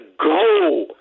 go